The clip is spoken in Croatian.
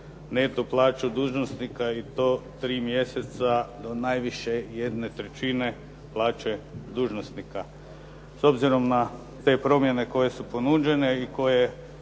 neto plaću dužnosnika i to tri mjeseca do najviše jedne trećine plaće dužnosnika. S obzirom na te promjene koje su ponuđene i koje